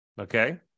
Okay